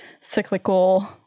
cyclical